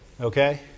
Okay